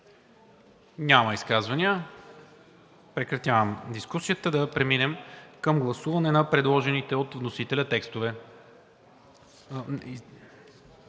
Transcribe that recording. Няма. Прекратявам дискусията. Да преминем към гласуване на предложените от вносителя текстове.